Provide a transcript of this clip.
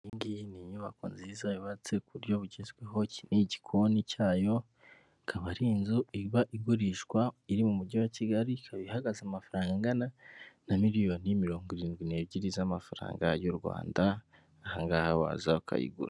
Iyi ngiyi ni inyubako nziza yubatse ku buryo bugezweho, iki ni igikoni cyayo, ikaba ari inzu iba igurishwa iri mu mujyi wa Kigali, ikaba ihagaze amafaranga angana na miliyoni mirongo irindwi n'ebyiri z'amafaranga y'u Rwanda, aha ngaha waza ukayigura.